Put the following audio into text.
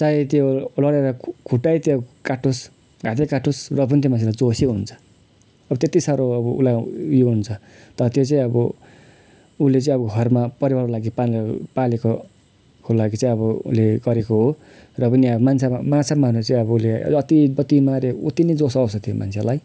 चाहे त्यो लडेर खुट्टै त्यो काटियोस् हातै काटियोस् र पनि त्यो मान्छेलाई जोसै हुन्छ अब त्यति सारो अब उसलाई उयो हुन्छ तर त्यो चाहिँ अब उसले चाहिँ अब घरमा परिवारको लागि पाल्ने पाल्नको लागि चाहिँ अब उसले गरेको हो र पनि अब मान्छेमा माछा मार्ने चाहिँ अब जति मार्यो उति नै जोस आउँछ त्यो मान्छेलाई